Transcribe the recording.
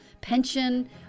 pension